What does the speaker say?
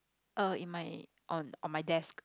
err in my on on my desk